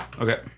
Okay